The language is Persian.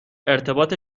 ارتباط